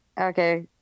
Okay